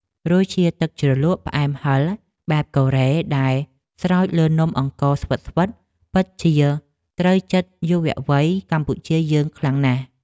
រសជាតិទឹកជ្រលក់ផ្អែមហឹរបែបកូរ៉េដែលស្រោចលើនំអង្ករស្វិតៗពិតជាត្រូវចិត្តយុវវ័យកម្ពុជាយើងខ្លាំងណាស់។